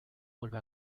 vuelve